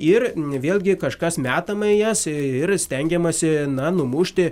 ir vėlgi kažkas metama į jas ir stengiamasi na numušti